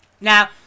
now